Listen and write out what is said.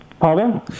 Pardon